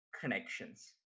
connections